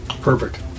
Perfect